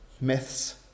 myths